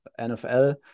NFL